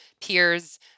peers